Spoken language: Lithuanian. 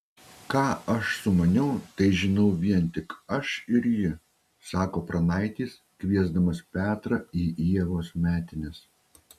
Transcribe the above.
ką aš sumaniau tai žinau vien tik aš ir ji sako pranaitis kviesdamas petrą į ievos metines